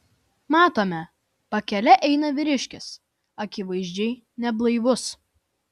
matome pakele eina vyriškis akivaizdžiai neblaivus